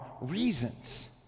reasons